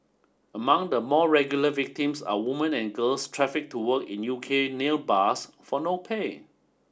among the more regular victims are woman and girls trafficked to work in U K nail bars for no pay